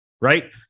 right